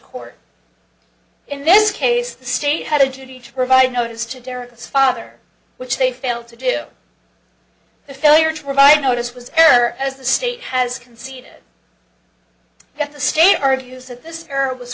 court in this case the state had a duty to provide notice to derek's father which they failed to do the failure to provide notice was error as the state has conceded yet the state argues that this